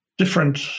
different